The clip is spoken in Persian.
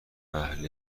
اهل